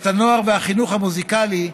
את הנוער והחינוך המוזיקלי,